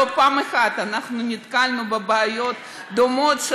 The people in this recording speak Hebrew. לא אחת נתקלנו בבעיות דומות,